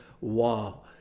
Wow